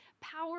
power